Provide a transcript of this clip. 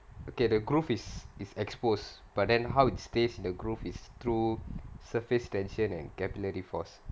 okay the groove is is exposed but then how it stays in the groove is through surface tension and capillary force